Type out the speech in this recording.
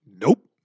Nope